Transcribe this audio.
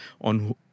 on